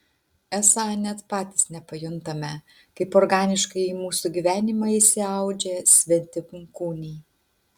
esą net patys nepajuntame kaip organiškai į mūsų gyvenimą įsiaudžia svetimkūniai